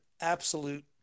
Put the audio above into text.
absolute